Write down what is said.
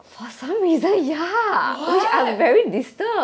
what